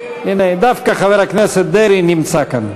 הנה, דווקא חבר הכנסת דרעי נמצא כאן.